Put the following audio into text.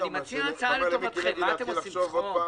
אני מציע הצעה לטובתכם, מה, אתם עושים צחוק?